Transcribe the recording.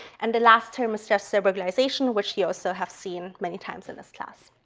and the last term is just so regularization, which you also have seen many times in this class.